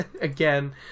again